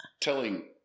telling